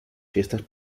fiestas